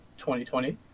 2020